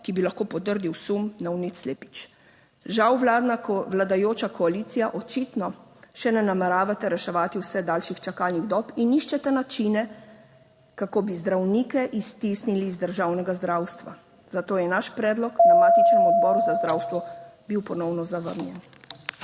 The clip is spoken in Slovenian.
ki bi lahko potrdil sum na vnet slepič. Žal vladajoča koalicija očitno še ne nameravate reševati vse daljših čakalnih dob in iščete načine, kako bi zdravnike iztisnili iz državnega zdravstva. Zato je naš predlog na matičnem Odboru za zdravstvo bil ponovno zavrnjen.